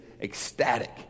ecstatic